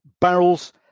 barrels